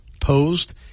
posed